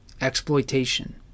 exploitation